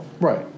Right